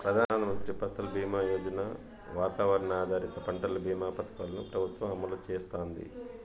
ప్రధాన మంత్రి ఫసల్ బీమా యోజన, వాతావరణ ఆధారిత పంటల భీమా పథకాలను ప్రభుత్వం అమలు చేస్తాంది